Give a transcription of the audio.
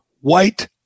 white